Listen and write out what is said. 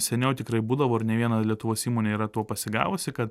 seniau tikrai būdavo ir ne viena lietuvos įmonė yra tuo pasigavusi kad